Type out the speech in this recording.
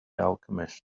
alchemist